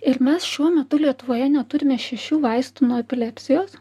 ir mes šiuo metu lietuvoje neturime šešių vaistų nuo epilepsijos